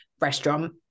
restaurant